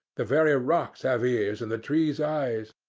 the very rocks have ears and the trees eyes.